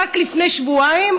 רק לפני שבועיים,